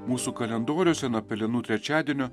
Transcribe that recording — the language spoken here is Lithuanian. mūsų kalendoriuose nuo pelenų trečiadienio